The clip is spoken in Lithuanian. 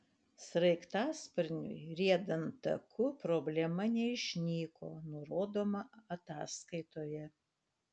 sraigtasparniui riedant taku problema neišnyko nurodoma ataskaitoje